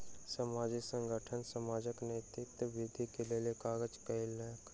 सामाजिक संगठन समाजक नैतिकता वृद्धि के लेल काज कयलक